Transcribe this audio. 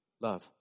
Love